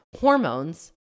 Hormones